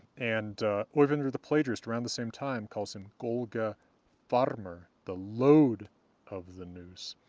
and eyvindr the plagiarist around the same time calls him galga farmr, the load of the noose.